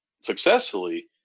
successfully